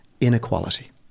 inequality